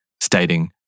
stating